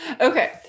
Okay